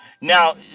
Now